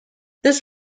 this